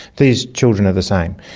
these children are the same,